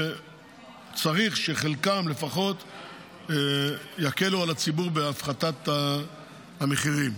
וצריך שחלקן לפחות יקלו על הציבור בהפחתת המחירים.